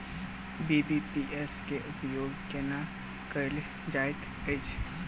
BBPS केँ उपयोग केना कएल जाइत अछि?